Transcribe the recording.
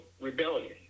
rebellion